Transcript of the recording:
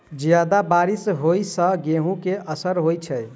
जियादा बारिश होइ सऽ गेंहूँ केँ असर होइ छै?